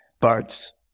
birds